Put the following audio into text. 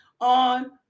on